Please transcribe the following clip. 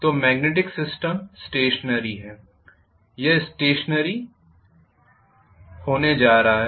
तो magnetic system stationary है यह स्टेशनरी होने जा रहा है